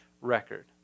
record